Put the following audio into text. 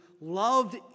loved